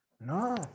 No